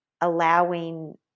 allowing